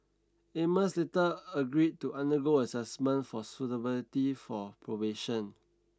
Amos later agreed to undergo assessment for suitability for probation